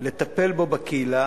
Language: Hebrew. לטפל בו בקהילה,